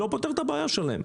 לא פותר את הבעיה שלהם.